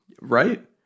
Right